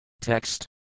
Text